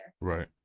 Right